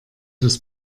das